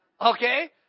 okay